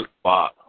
spot